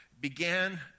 began